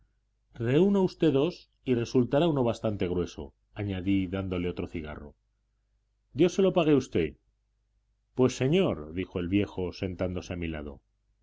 reúna usted dos y resultará uno bastante grueso añadí dándole otro cigarro dios se lo pague a usted pues señor dijo el viejo sentándose a mi lado